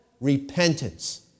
Repentance